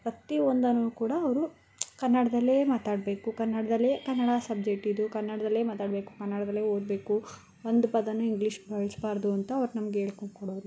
ಪ್ರತೀ ಒಂದನ್ನೂ ಕೂಡ ಅವರು ಕನ್ನಡದಲ್ಲೇ ಮಾತಾಡಬೇಕು ಕನ್ನಡದಲ್ಲೇ ಕನ್ನಡ ಸಬ್ಜೆಟ್ ಇದು ಕನ್ನಡದಲ್ಲೇ ಮಾತಾಡಬೇಕು ಕನ್ನಡದಲ್ಲೇ ಓದಬೇಕು ಒಂದು ಪದಾನು ಇಂಗ್ಲೀಷ್ ಬಳಸ್ಬಾರ್ದು ಅಂತ ಅವ್ರು ನಮಗೆ ಹೇಳ್ಕೊಂಕೊಡೋರು